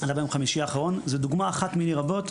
זה דוגמא אחת מיני רבות,